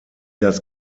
das